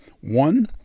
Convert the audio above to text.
one